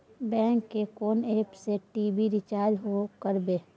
Bank के कोन app से टी.वी रिचार्ज करबे?